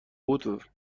بود